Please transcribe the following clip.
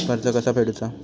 कर्ज कसा फेडुचा?